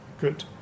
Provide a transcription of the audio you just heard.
Good